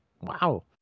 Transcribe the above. wow